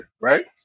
Right